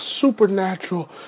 supernatural